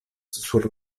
sur